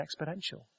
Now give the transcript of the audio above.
exponential